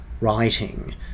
writing